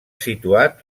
situat